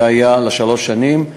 זה היה לשלוש שנים,